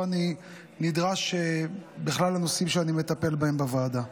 אני נדרש בכלל הנושאים שאני מטפל בהם בוועדה.